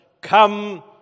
come